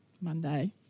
Monday